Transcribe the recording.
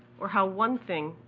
or how one thing,